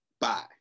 bye